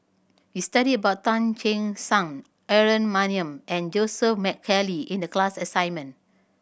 we studied about Tan Che Sang Aaron Maniam and Joseph McNally in the class assignment